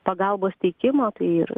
pagalbos teikimo tai ir